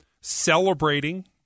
celebrating